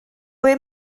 ble